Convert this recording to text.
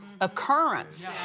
occurrence